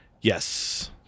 yes